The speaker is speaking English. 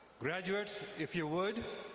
graduates if you would,